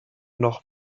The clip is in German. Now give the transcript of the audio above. noch